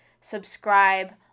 Subscribe